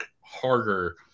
harder